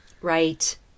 Right